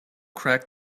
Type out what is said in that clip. crack